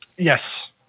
Yes